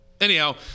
anyhow